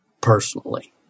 personally